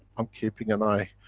i'm keeping an eye.